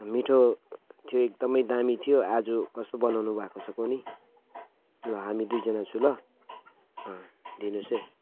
मिठो थियो एकदमै दामी थियो आज कस्तो बनाउनु भएको छ कुन्नि हामी दुईजना छौँ ल अँ दिनुहोस् है